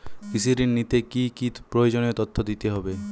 কৃষি ঋণ নিতে কি কি প্রয়োজনীয় তথ্য দিতে হবে?